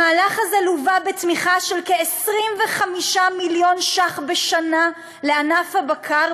המהלך הזה לווה בתמיכה של כ-25 מיליון שקלים בשנה לענף הבקר